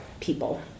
people